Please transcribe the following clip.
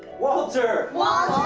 walter! walter!